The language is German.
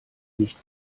nicht